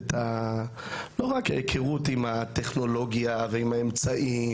ולא רק ההיכרות עם הטכנולוגיה ועם האמצעים